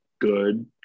good